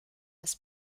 ist